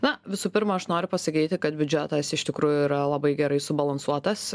na visų pirma aš noriu pasakyti kad biudžetas iš tikrųjų yra labai gerai subalansuotas